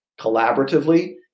collaboratively